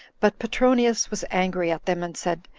but petronius was angry at them, and said,